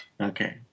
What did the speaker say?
Okay